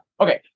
Okay